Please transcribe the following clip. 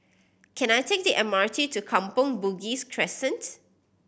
can I take the M R T to Kampong Bugis Crescent